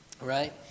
Right